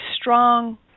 strong